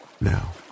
Now